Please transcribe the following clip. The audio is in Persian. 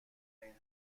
این